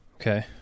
okay